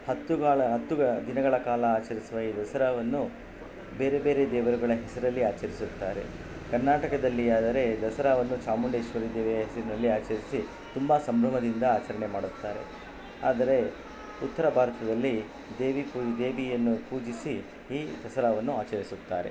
ಹತ್ತು ಗಾಲ ಹತ್ತು ದಿನಗಳ ಕಾಲ ಆಚರಿಸುವ ಈ ದಸರಾವನ್ನು ಬೇರೆ ಬೇರೆ ದೇವರುಗಳ ಹೆಸರಲ್ಲಿ ಆಚರಿಸುತ್ತಾರೆ ಕರ್ನಾಟಕದಲ್ಲಿಯಾದರೆ ದಸರಾವನ್ನು ಚಾಮುಂಡೇಶ್ವರಿ ದೇವಿಯ ಹೆಸರಿನಲ್ಲಿ ಆಚರಿಸಿ ತುಂಬ ಸಂಭ್ರಮದಿಂದ ಆಚರಣೆ ಮಾಡುತ್ತಾರೆ ಆದರೆ ಉತ್ತರ ಭಾರತದಲ್ಲಿ ದೇವಿ ಪೂ ದೇವಿಯನ್ನು ಪೂಜಿಸಿ ಈ ದಸರಾವನ್ನು ಆಚರಿಸುತ್ತಾರೆ